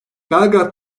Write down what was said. belgrad